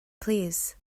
plîs